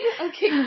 Okay